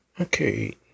Okay